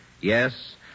Yes